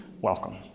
Welcome